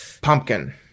pumpkin